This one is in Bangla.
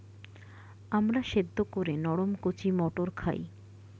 আমরা সেদ্ধ করে নরম কচি মটর খাই